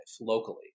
locally